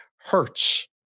hurts